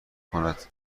کند